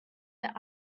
their